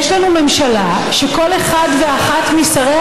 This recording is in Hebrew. יש לנו ממשלה שכל אחד ואחת משריה,